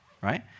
right